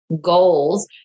goals